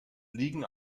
liegen